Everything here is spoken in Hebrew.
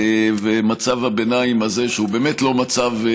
מצב הביניים הזה, שהוא באמת לא מצב,